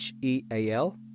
HEAL